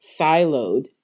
siloed